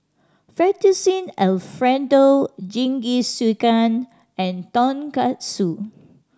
Fettuccine Alfredo Jingisukan and Tonkatsu